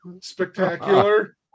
spectacular